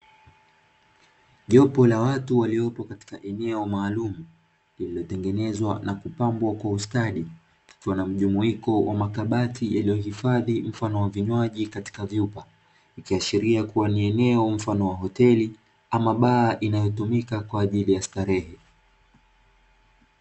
Jopo la watu waliopo katika eneo maalumu, lililotengenezwa na kupambwa kwa usatadi, likwa na mjumuiko wa makabati yaliohifadhi mfano wa vinywaji katika vyupa, ikiashiria kuwa ni eneo mfano wa hoteli ama baa inayotumika kwa ajili ya starehe.